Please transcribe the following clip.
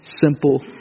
simple